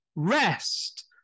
rest